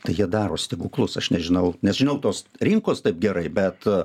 tai jie daro stebuklus aš nežinau nežinau tos rinkos taip gerai bet